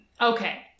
Okay